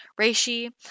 reishi